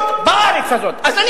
כשאתה מדבר, אתה לא מרגיש, מה זה קשור?